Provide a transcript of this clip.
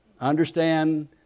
Understand